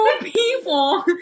people